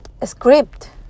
script